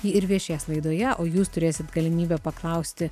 ji ir viešės laidoje o jūs turėsit galimybę paklausti